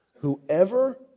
Whoever